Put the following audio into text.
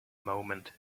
moment